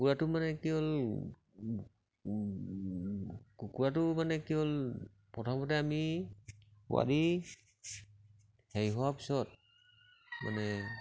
কুকুৰাটো মানে কি হ'ল কুকুৰাটো মানে কি হ'ল প্ৰথমতে আমি পোৱালি হেৰি হোৱাৰ পিছত মানে